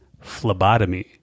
phlebotomy